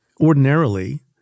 ordinarily